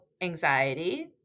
anxiety